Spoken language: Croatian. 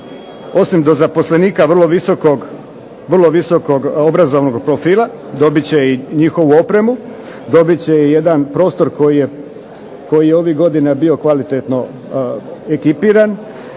osim do zaposlenika vrlo visokog obrazovnog profila, dobit će i njihovu opremu, dobit će i jedan prostor koji je ovih godina bio kvalitetno ekipiran.